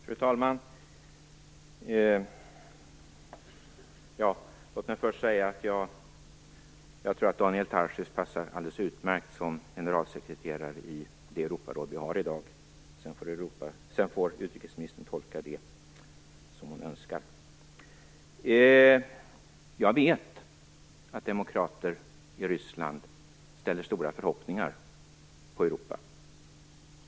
Fru talman! Låt mig först säga att jag tror att Daniel Tarschys passar alldeles utmärkt som generalsekreterare i det Europaråd vi har i dag. Sedan får utrikesministern tolka det som hon önskar. Jag vet att demokrater i Ryssland har stora förhoppningar på Europa.